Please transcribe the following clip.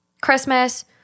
Christmas